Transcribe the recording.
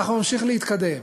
אנחנו נמשיך להתקדם.